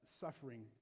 suffering